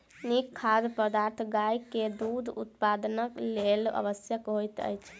नीक खाद्य पदार्थ गाय के दूध उत्पादनक लेल आवश्यक होइत अछि